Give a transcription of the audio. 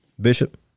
Bishop